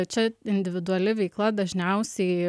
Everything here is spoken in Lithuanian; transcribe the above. čia individuali veikla dažniausiai